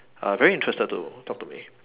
uh very interested to talk to me